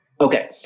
Okay